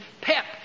pep